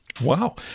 Wow